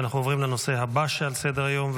אנחנו עוברים לנושא הבא שעל סדר-היום: